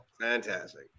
Fantastic